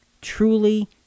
Truly